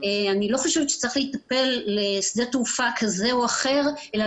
אני לא חושבת שצריך להיטפל לשדה תעופה כזה או אחר אלא